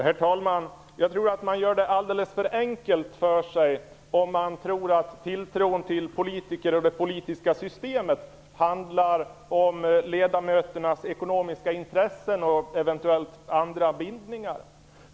Herr talman! Jag tror att man gör det alldeles för enkelt för sig om man tror att tilltron till politiker och det politiska systemet handlar om ledamöternas ekonomiska intressen och eventuellt andra bindningar.